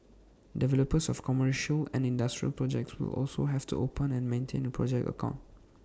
developers of commercial and industrial projects will also have to open and maintain A project account